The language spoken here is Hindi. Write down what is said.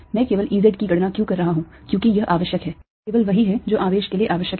मैं केवल E z की गणना क्यों कर रहा हूं क्योंकि यह आवश्यक है केवल वही है जो आवेश के लिए आवश्यक है